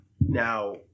Now